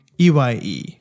EYE